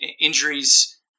injuries